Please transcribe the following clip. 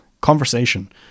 conversation